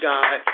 God